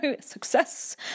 success